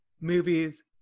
movies